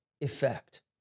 effect